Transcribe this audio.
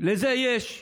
לזה יש,